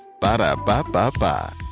Ba-da-ba-ba-ba